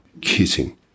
kissing